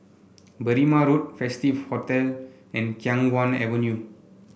Berrima Road Festive Hotel and Khiang Guan Avenue